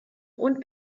und